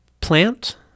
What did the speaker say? Plant